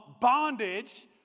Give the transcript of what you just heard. bondage